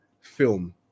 film